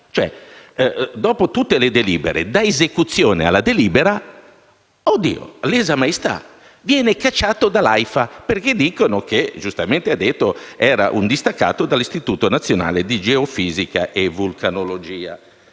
Costui, dopo tutte le delibere, dà esecuzione a quanto deliberato e, per lesa maestà, viene cacciato dall'AIFA, perché, come giustamente si è detto, era un distaccato dall'Istituto nazionale di geofisica e vulcanologia.